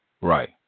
right